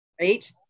Right